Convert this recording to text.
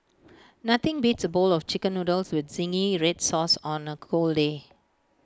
nothing beats A bowl of Chicken Noodles with Zingy Red Sauce on A cold day